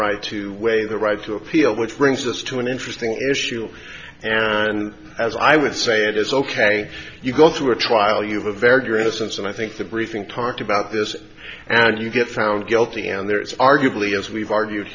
right to weigh the right to appeal which brings us to an interesting issue and as i would say it is ok you go through a trial you have a very curious and i think the briefing talked about this and you get found guilty and there is arguably as we've argued